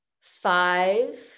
Five